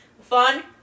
fun